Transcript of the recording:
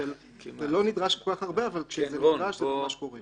זה לא נדרש כל כך הרבה, אבל כשזה נדרש, זה קורה.